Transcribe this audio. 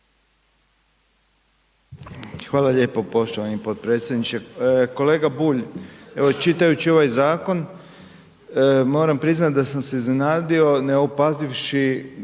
Hvala lijepo poštovani potpredsjedniče. Kolega Bulj, evo čitajući ovaj zakon moram priznat da sam se iznenadio neopazivši